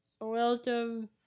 Welcome